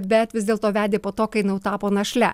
bet vis dėlto vedė po to kai nau tapo našle